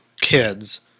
kids